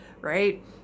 right